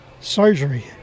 Surgery